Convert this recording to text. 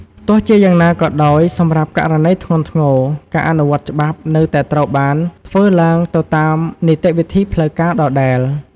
ទោះជាយ៉ាងណាក៏ដោយ សម្រាប់ករណីធ្ងន់ធ្ងរ ការអនុវត្តច្បាប់នៅតែត្រូវបានធ្វើឡើងទៅតាមនីតិវិធីផ្លូវការដដែល។